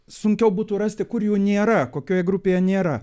sunkiau būtų rasti kur jų nėra kokioje grupėje nėra